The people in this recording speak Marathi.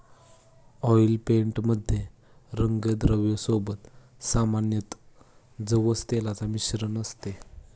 ऑइल पेंट मध्ये रंगद्रव्या सोबत सामान्यतः जवस तेलाचे मिश्रण असते